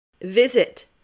Visit